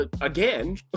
again